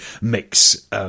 mix